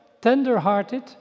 tender-hearted